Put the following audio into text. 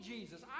Jesus